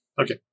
Okay